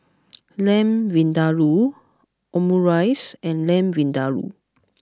Lamb Vindaloo Omurice and Lamb Vindaloo